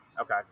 Okay